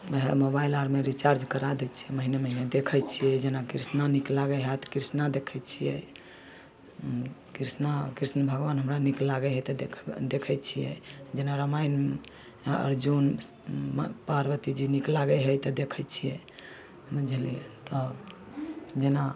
वएह मोबाइल आरमे रिचार्ज करा दै छियै महीने महीने देखै छियै जेना कृष्णा नीक लागै है तऽ कृष्णा देखै छियै कृष्णा कृष्ण भगवान हमरा नीक लागै है तऽ देखै छियै जेना रामायण अर्जुनमे पार्वतीजी नीक लागै है तऽ देखै छियै बुझलियै तब जेना